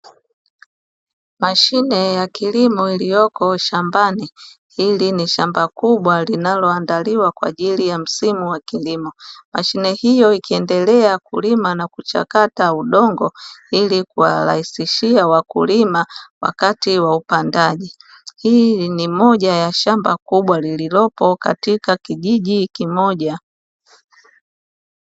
Mashine ya kilimo iliyoko shambani, hili ni shamba kubwa linaloandaliwa kwa ajili ya msimu wa kulimo. Mashine hiyo ikiendelea kulima na kuchakata udongo ili kuwarahisishia wakulima wakati wa upandaji, hili ni moja ya shamba kubwa lililopo katika kijiji kimoja.